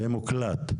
יהיה מוקלט.